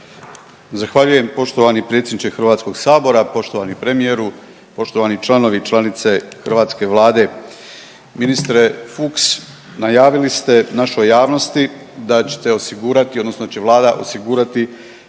Zahvaljujem poštovani predsjedniče HS-a, poštovani premijeru, poštovani članovi i članice hrvatske Vlade. Ministre Fuchs, najavili ste našoj javnosti da ćete osigurati